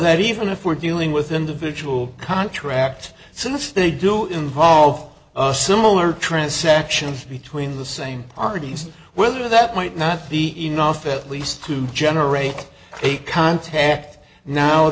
that even if we're dealing with individual contract since they do involve similar transactions between the same artes whether that might not be enough at least to generate a contact now